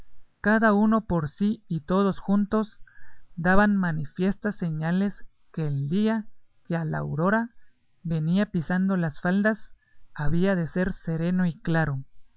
cada uno por sí y todos juntos daban manifiestas señales que el día que al aurora venía pisando las faldas había de ser sereno y claro